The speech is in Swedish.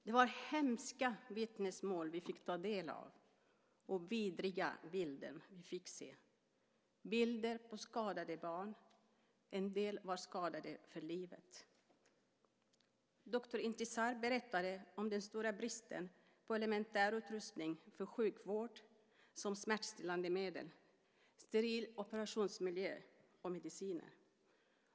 Det var hemska vittnesmål vi fick ta del av och vidriga bilder vi fick se. Det var bilder på skadade barn. En del var skadade för livet. Doktor Entisar berättade om den stora bristen på elementär utrustning för sjukvård, som smärtstillande medel, sterila operationsmiljöer och mediciner.